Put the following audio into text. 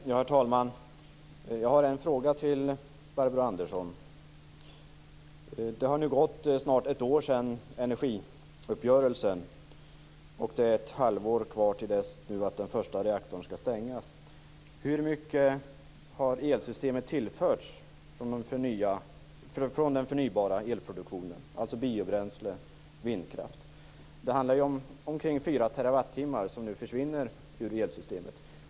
Herr talman! Jag har en fråga till Barbro Andersson. Det har nu snart gått ett år sedan energiuppgörelsen, och det är ett halvår kvar tills första reaktorn skall stängas. Hur mycket har elsystemen tillförts från den förnybara elproduktionen, alltså biobränslen och vindkraft? Det handlar ju om omkring 4 TWh som nu försvinner ur elsystemet.